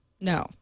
No